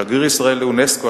שגריר ישראל לאונסק"ו,